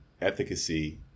efficacy